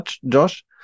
Josh